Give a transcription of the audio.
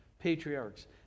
patriarchs